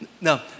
No